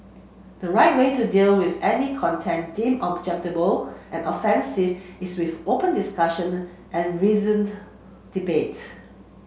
the right way to deal with any content deemed objectionable and offensive is with open discussion and reasoned debate